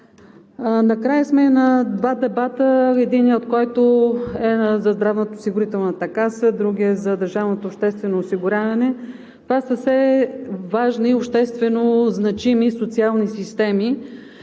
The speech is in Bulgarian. Накрая сме и на два дебата, единият от които е за Здравноосигурителната каса, другият е за държавното обществено осигуряване. Това са все важни общественозначими социални системи